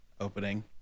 Opening